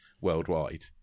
worldwide